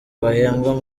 bahembwa